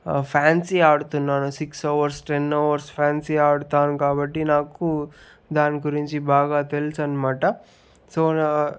fancy ఆడుతున్నాను six hours ten hours fancy ఆడతాను కాబట్టి నాకు దాని గురించి బాగా తెలుసు అనమాట సో నా